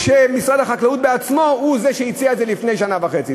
כשמשרד החקלאות בעצמו הוא שהציע את זה לפני שנה וחצי.